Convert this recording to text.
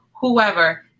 whoever